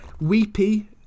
Weepy